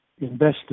investors